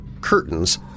curtains